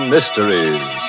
Mysteries